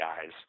eyes